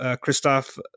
Christoph